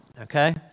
okay